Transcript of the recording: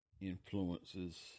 influences